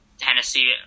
Tennessee